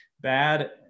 bad